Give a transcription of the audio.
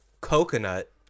coconut